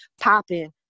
popping